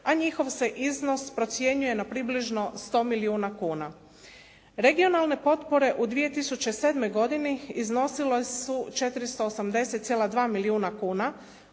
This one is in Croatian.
a njihov se iznos procjenjuje na približno 100 milijuna kuna. Regionalne potpore u 2007. godini iznosile su 480,2 milijuna kuna